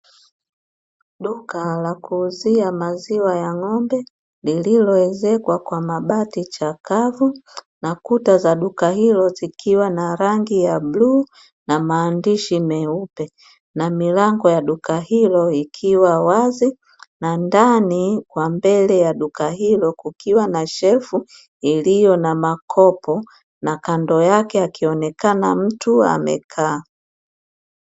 Duka la kuuzia maziwa ya ng'ombe, lililoezekwa kwa mabati cha kavu, na kuta za duka hilo zikiwa na rangi ya bluu, na maandishi meupe. Na milango ya duka hilo ikiwa wazi na ndani kwa mbele ya duka hilo kukiwa na shelfu iliyo na makopo, na kando yake akionekana mtu amekaa.